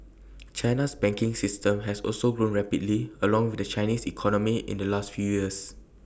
China's banking system has also grown rapidly along with the Chinese economy in the last few years